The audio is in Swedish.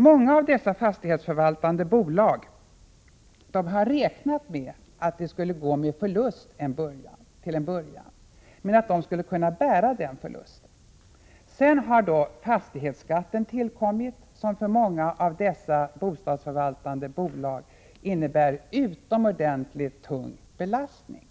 Många av dessa fastighetsförvaltande bolag har räknat med att de till en början skulle gå med förlust men att de skulle kunna bära den förlusten. Sedan har då fastighetsskatten tillkommit, som för många av dessa bolag innebär en utomordentligt tung belastning.